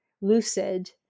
lucid